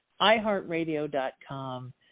iHeartRadio.com